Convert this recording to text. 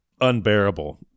Unbearable